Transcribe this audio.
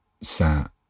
sat